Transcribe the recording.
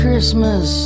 Christmas